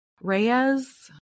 Reyes